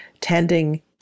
tending